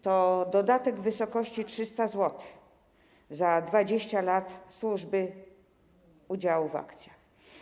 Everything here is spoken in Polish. To dodatek w wysokości 300 zł za 20 lat służby, udział w akcjach.